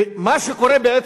ומה שקורה בעצם,